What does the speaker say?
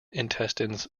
intestines